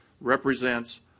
represents